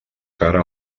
cara